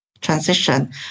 transition